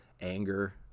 anger